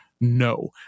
No